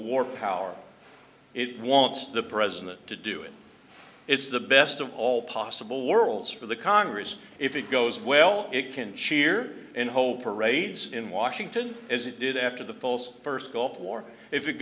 war power it wants the president to do it it's the best of all possible worlds for the congress if it goes well it can cheer in whole parades in washington as it did after the polls first gulf war if it